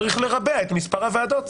צריך לרבע את מספר הוועדות.